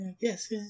yes